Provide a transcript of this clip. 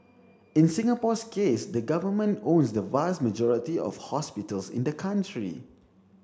in Singapore's case the Government owns the vast majority of hospitals in the country